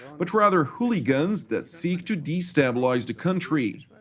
but rather hooligans that seek to destabilize the country.